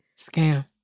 Scam